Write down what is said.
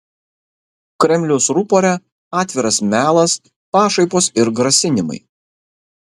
kremliaus rupore atviras melas pašaipos ir grasinimai